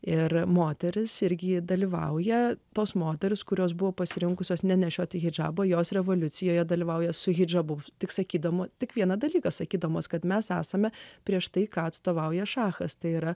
ir moteris irgi dalyvauja tos moterys kurios buvo pasirinkusios nenešioti hidžabo jos revoliucijoje dalyvauja su hidžabu tik sakydama tik vieną dalyką sakydamos kad mes esame prieš tai ką atstovauja šachas tai yra